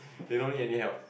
they don't need any help